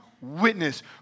witness